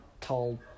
tall